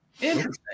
Interesting